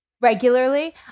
Regularly